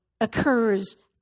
occurs